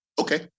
Okay